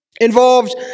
involved